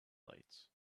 lights